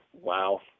Wow